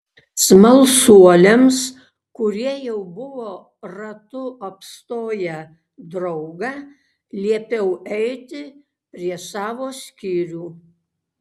smalsuoliams kurie jau buvo ratu apstoję draugą liepiau eiti prie savo skyrių